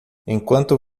enquanto